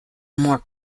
more